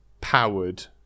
powered